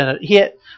hit